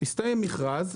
הסתיים מכרז.